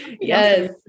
Yes